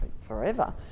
forever